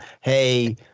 hey